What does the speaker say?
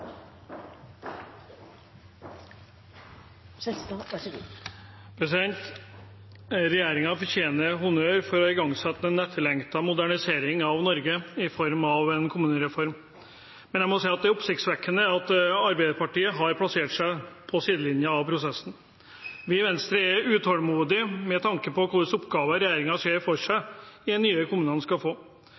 fortjener honnør for å ha igangsatt en etterlengtet modernisering av Norge, i form av en kommunereform. Men jeg må si at det er oppsiktsvekkende at Arbeiderpartiet har plassert seg på sidelinjen av prosessen. Vi i Venstre er utålmodige med tanke på hvilke oppgaver regjeringen ser for seg at de nye kommunene skal få.